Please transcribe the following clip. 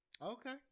Okay